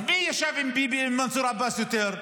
אז מי ישב עם מנסור עבאס יותר?